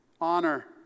honor